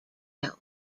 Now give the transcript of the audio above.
health